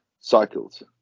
cycles